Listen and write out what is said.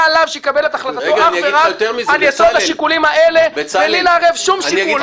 את החלטתו אך ורק על יסוד השיקולים האלה בלי לערב שום שיקול,